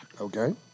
okay